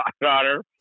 daughter